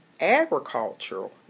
Agricultural